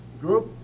group